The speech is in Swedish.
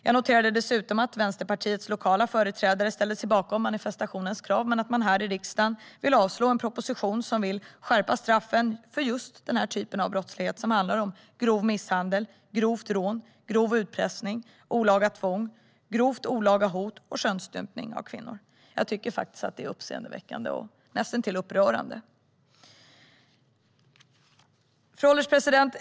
Jag noterar dessutom att Vänsterpartiets lokala företrädare ställde sig bakom manifestationens krav men att Vänsterpartiet i riksdagen vill avslå en proposition som vill skärpa straffen för denna typ av brottslighet, alltså grov misshandel, grovt rån, grov utpressning, olaga tvång, grovt olaga hot och könsstympning av kvinnor. Jag tycker det är uppseendeväckande, näst intill upprörande. Fru ålderspresident!